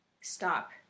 stop